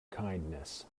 kindness